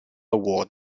award